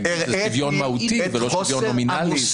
--- שוויון מהותי, זה לא שוויון נומינלי.